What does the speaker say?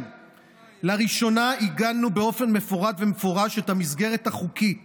לראשונה עיגנו באופן מפורט ומפורש את המסגרת החוקית